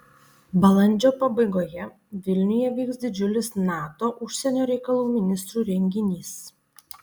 balandžio pabaigoje vilniuje vyks didžiulis nato užsienio reikalų ministrų renginys